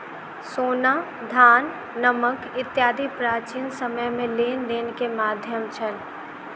सोना, धान, नमक इत्यादि प्राचीन समय में लेन देन के माध्यम छल